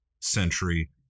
century